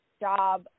job